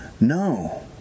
No